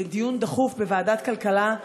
דיון דחוף בוועדת הכלכלה,